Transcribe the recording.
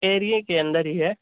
ایریے کے اندر ہی ہے